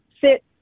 sit